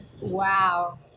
Wow